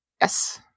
Yes